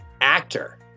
actor